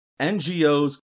NGOs